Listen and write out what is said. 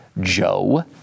Joe